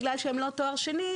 בגלל שהם לא תואר שני,